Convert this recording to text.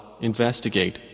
investigate